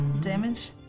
Damage